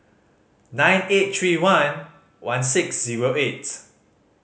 nine eight three one one six zero eight